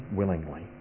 willingly